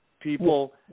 People